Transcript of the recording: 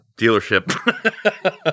dealership